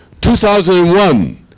2001